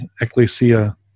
ecclesia